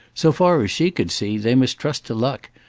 so far as she could see, they must trust to luck,